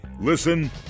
Listen